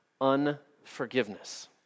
unforgiveness